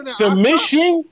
submission